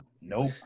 Nope